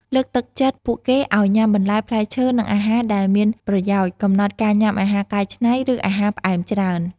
លើកទឹកចិត្តពួកគេឲ្យញ៉ាំបន្លែ ផ្លែឈើ និងអាហារដែលមានប្រយោជន៍។ កំណត់ការញ៉ាំអាហារកែច្នៃ ឬអាហារផ្អែមច្រើនពេក។